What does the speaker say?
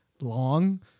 long